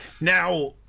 Now